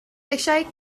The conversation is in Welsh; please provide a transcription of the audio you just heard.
eisiau